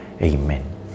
Amen